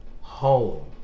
Home